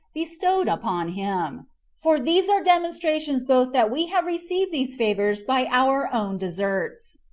bestowed upon him for these are demonstrations both that we have received these favors by our own deserts,